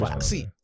See